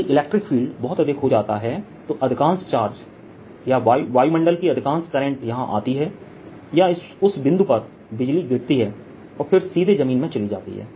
यदि electric field बहुत अधिक हो जाता है तो अधिकांश चार्ज या वायुमंडल कीअधिकांश करंट यहाँ आती हैं या उस बिंदु पर बिजली गिरती है और फिर सीधे जमीन में चली जाती है